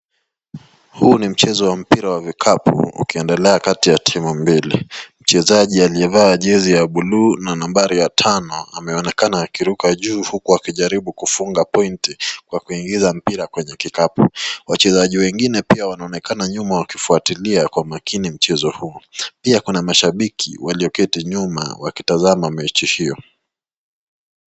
Huu ni mchezo wa mipira wa vikapu ukiendelea kati ya timu mbili, mchezaji aliyevaa jezi ya buluu na nambari ya tano ameonekana akiruka juu huku akijaribu kufunga pointi kwa kuingiza mpira kwenye kikapu. Wachezaji wengine pia wanaonekana nyuma wakifuatilia kwa makini mchezo, pia kuna mashabiki walioketi nyuma wakitazama mechi hiyo.